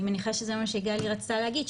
אני מניחה שזה מה שגלי רצתה להגיד.